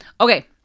Okay